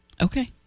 Okay